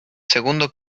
segundo